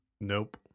Nope